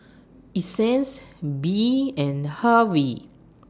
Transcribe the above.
Essence Bea and Hervey